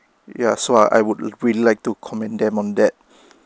ya so I would re~ really like to comment them on that